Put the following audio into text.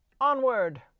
Onward